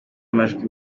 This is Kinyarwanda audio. amajwi